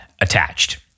attached